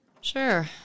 Sure